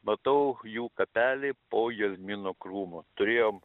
matau jų kapelį po jazmino krūmu turėjom